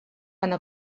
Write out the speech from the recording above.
una